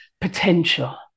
potential